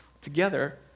Together